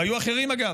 והיו אחרים, אגב.